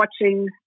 watching